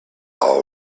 all